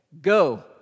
go